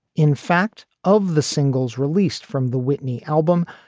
in fact, of the singles released from the whitney album,